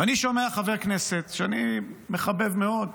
ואני שומע חבר כנסת שאני מחבב מאוד,